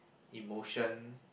emotion